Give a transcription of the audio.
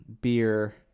beer